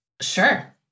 Sure